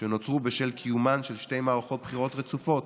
שנוצרו בשל קיומן של שתי מערכות בחירות רצופות